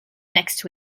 next